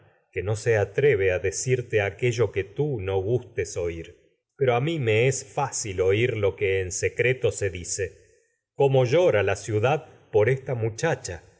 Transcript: que no se atreve a decirte aquello que tú es no pero a mi me fácil oír lo por que en secre to dice entre cómo llora las la ciudad no esta muchacha